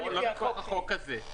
לא מכוח החוק הזה.